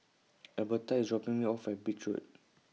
Alberta IS dropping Me off At Beach Road